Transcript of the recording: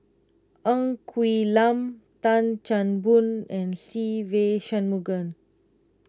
Ng Quee Lam Tan Chan Boon and Se Ve Shanmugam